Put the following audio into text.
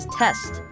test